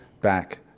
back